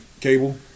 Cable